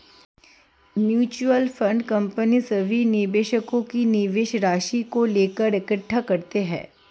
mutual fund company सभी निवेशकों के निवेश राशि को लेकर इकट्ठे करती है